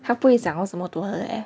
他不会想到这么多的 leh